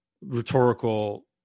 rhetorical